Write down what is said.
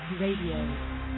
Radio